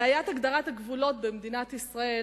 בעיית הגדרת הגבולות במדינת ישראל,